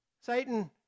Satan